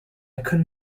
could